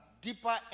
deeper